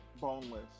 boneless